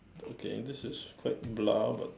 okay this is quite blah but